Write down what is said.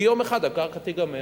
כי יום אחד הקרקע תיגמר.